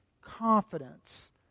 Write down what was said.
confidence